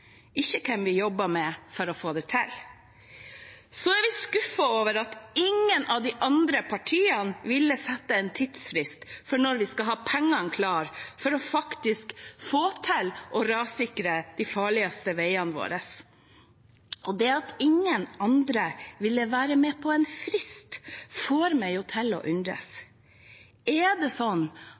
ikke hvem vi jobber med for å få det til. Så er vi skuffet over at ingen av de andre partiene ville sette en tidsfrist for når vi skal ha pengene klare for faktisk å få til å rassikre de farligste veiene våre. Det at ingen andre ville være med på en frist, får meg til å undres: Er det